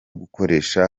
gukoresha